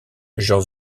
jean